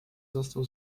został